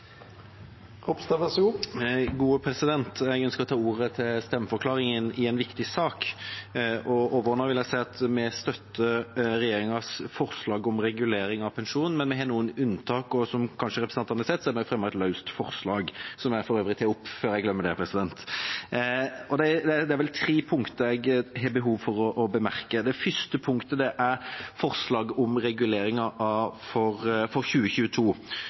i en viktig sak. Overordnet vil jeg si at vi støtter regjeringens forslag om regulering av pensjon. Men vi har noen unntak, og som representantene kanskje har sett, har vi fremmet et løst forslag – som jeg for øvrig tar opp før jeg glemmer det. Det er tre punkter jeg har behov for å bemerke: Det første punktet er forslaget om reguleringen for 2022. Forslaget kompenserer ikke for